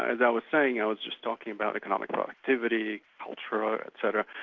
as i was saying, i was just talking about economic productivity, culture, ah etc.